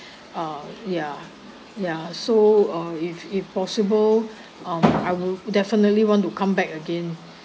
uh ya ya so uh if if possible um I will definitely want to come back again